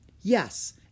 Yes